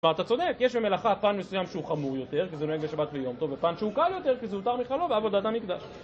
ואתה צודק, יש במלאכה פן מסוים שהוא חמור יותר, כי זה נוהג בשבת ויום טוב, ופן שהוא קל יותר, כי זה מותר מחול לעבודת המקדש.